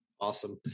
Awesome